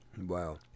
Wow